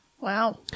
Wow